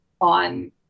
on